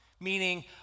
Meaning